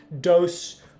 dose